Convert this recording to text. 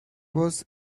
was